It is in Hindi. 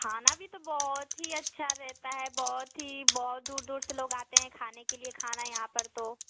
खाना भी तो बहुत अच्छा देता है बहुत ही बहुत दूर दूर से लोग आते हैं खाने के लिए खाना यहाँ पर तो